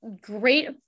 great